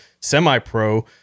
semi-pro